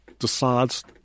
decides